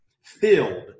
filled